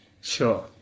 Sure